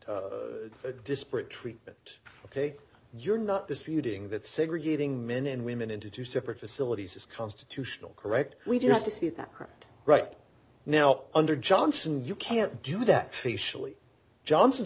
disparate treatment ok you're not disputing that segregating men and women into two separate facilities is constitutional correct we do have to see that right now under johnson you can't do that johnson